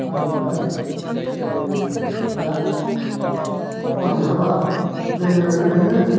मा होनो मोनलाय बै माबाया खामानि गैयाबा जोङो ओरैनो